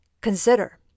consider